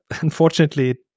unfortunately